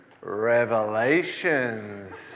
Revelations